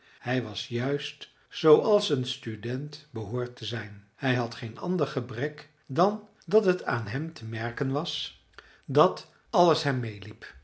hij was juist zooals een student behoort te zijn hij had geen ander gebrek dan dat het aan hem te merken was dat alles hem